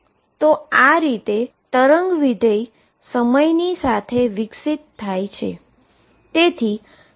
તો આ રીતે વેવ ફંક્શન સમય સાથે વિકસિત થાય છે